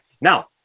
Now